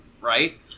right